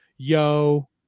yo